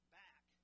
back